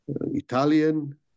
Italian